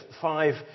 five